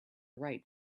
right